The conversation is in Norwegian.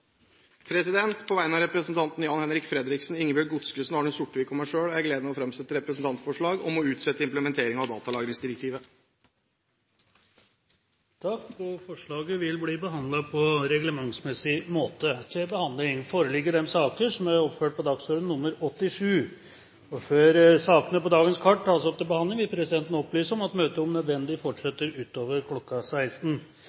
På vegne av representantene Jan-Henrik Fredriksen, Ingebjørg Godskesen, Arne Sortevik og meg selv har jeg gleden av å framsette et representantforslag om å utsette implementeringen av datalagringsdirektivet. Forslaget vil bli behandlet på reglementsmessig måte. Før sakene på dagens kart tas opp til behandling, vil presidenten opplyse at møtet om nødvendig fortsetter utover kl. 16. Videre vil presidenten foreslå at Stortinget fraviker bestemmelsen i forretningsordenen § 43 første ledd og foretar votering etter at